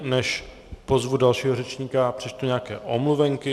Než pozvu dalšího řečníka, přečtu nějaké omluvenky.